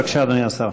בבקשה, אדוני השר.